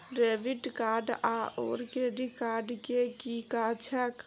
Debit card आओर credit card केँ की काज छैक?